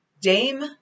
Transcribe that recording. Dame